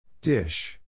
Dish